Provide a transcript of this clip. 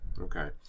okay